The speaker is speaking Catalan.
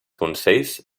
consells